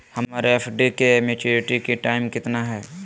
हमर एफ.डी के maturity time कितना है?